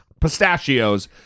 pistachios